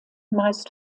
meist